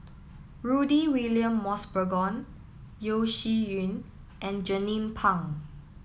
Rudy William Mosbergen Yeo Shih Yun and Jernnine Pang